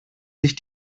sich